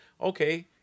okay